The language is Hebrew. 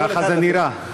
ככה זה נראה.